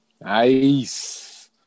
Nice